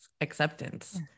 acceptance